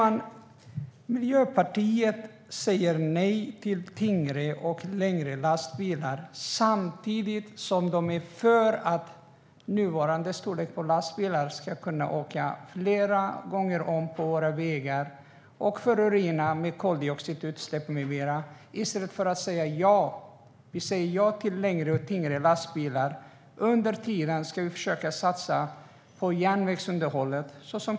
Vänsterpartiet säger nej till tyngre och längre lastbilar samtidigt som de är för att lastbilar med nuvarande storlek ska kunna åka flera gånger om på våra vägar och förorena med koldioxidutsläpp med mera. Vi säger ja till tyngre och längre lastbilar för att under tiden försöka satsa på järnvägsunderhållet.